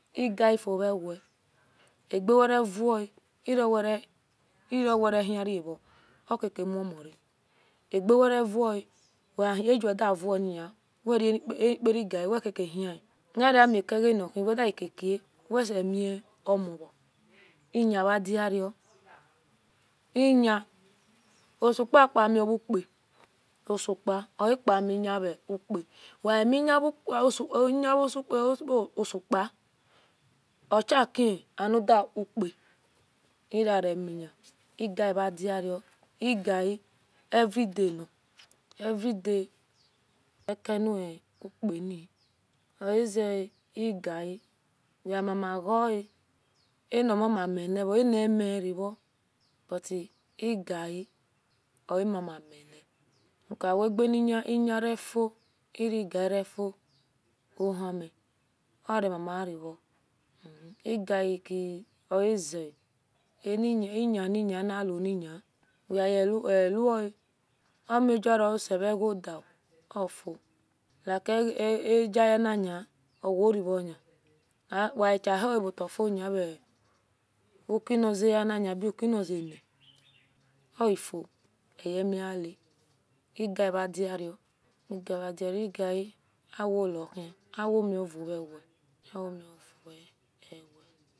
igarifio ewe agaweregia ero we meravo okike mimu ra ageu wervoa wehigewenvoin aniparigaeiwekehiro naramikege nohi wenakake weseyemiomovo iyan madiaro iyan osupapa amiaka osupa oapamiyan ura oanahianikati upa iroaremuya egari madiaro egri everyday na eveey day ekiupa ni oaze egari weama magoa an minreo but igari oa mama mile because awevegeni yam refio irigaenefio ohiemioarema marao koaru oazea aniyani namuniya weayawoa omi buhus idiofio like againin owareven we hiahoavotafio eykinizehenni ukina zero ofuo aemiake igari madiaro igar omdiaro igar awoehi awonoivuwwue